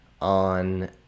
on